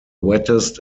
wettest